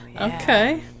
Okay